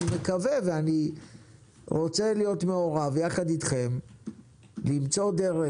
אני רוצה להיות מעורב יחד אתכם למצוא דרך,